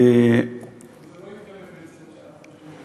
אבל הוא לא התכוון ברצינות שאנחנו,